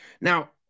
now